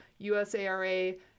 USARA